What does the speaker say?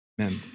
Amen